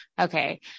okay